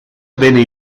venne